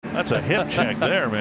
that's a hip check there, man.